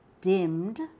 dimmed